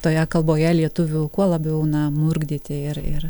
toje kalboje lietuvių kuo labiau na murkdyti ir ir